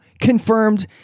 confirmed